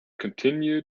continue